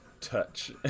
touch